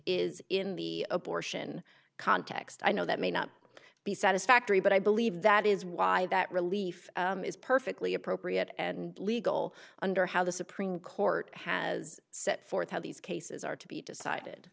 is in the abortion context i know that may not be satisfactory but i believe that is why that relief is perfectly appropriate and legal under how the supreme court has set forth how these cases are to be decided